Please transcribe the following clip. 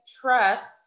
trust